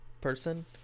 person